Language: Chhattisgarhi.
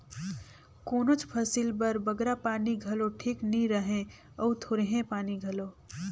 कोनोच फसिल बर बगरा पानी घलो ठीक नी रहें अउ थोरहें पानी घलो